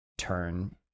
Turn